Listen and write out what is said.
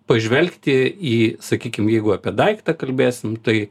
pažvelgti į sakykim jeigu apie daiktą kalbėsim tai